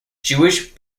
jewish